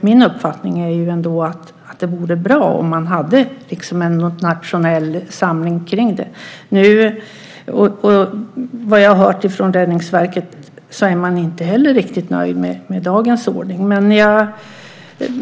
Min uppfattning är ändå att det vore bra om man hade en nationell samling kring detta. Vad jag hört är man från Räddningsverket inte heller riktigt nöjd med dagens ordning.